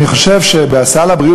אני חושב שבסל הבריאות,